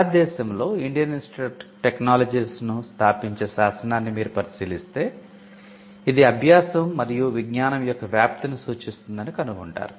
భారతదేశంలో Indian Institute of Technologies ను స్థాపించే శాసనాన్ని మీరు పరిశీలిస్తే ఇది అభ్యాసం మరియు విజ్ఞానం యొక్క వ్యాప్తిని సూచిస్తుందని మీరు కనుగొంటారు